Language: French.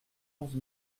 onze